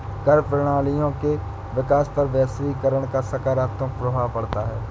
कर प्रणालियों के विकास पर वैश्वीकरण का सकारात्मक प्रभाव पढ़ता है